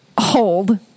Hold